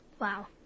Wow